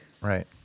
right